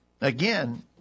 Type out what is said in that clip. Again